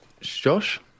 Josh